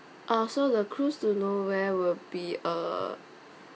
ah so the cruise to nowhere will be uh